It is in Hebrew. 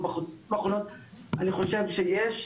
אני חושב שיש,